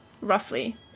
roughly